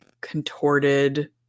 contorted